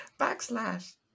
Backslash